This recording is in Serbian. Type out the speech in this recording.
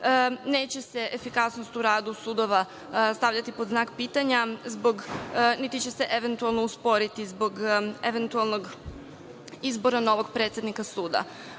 Neće se efikasnost u radu sudova stavljati pod znak pitanja niti će se usporiti zbog eventualnog izbora novog predsednika suda.